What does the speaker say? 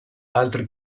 altri